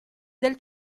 del